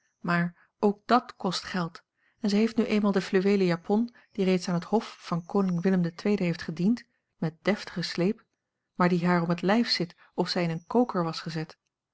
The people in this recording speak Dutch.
maar ook dàt kost geld en zij heeft nu eenmaal de fluweelen japon die reeds aan het hof van koning willem ii heeft gediend met deftigen sleep maar die haar om het lijf zit of zij in een koker was gezet